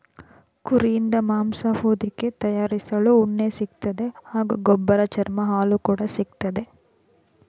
ಕುರಿಯಿಂದ ಮಾಂಸ ಹೊದಿಕೆ ತಯಾರಿಸಲು ಉಣ್ಣೆ ಸಿಗ್ತದೆ ಹಾಗೂ ಗೊಬ್ಬರ ಚರ್ಮ ಹಾಲು ಕೂಡ ಸಿಕ್ತದೆ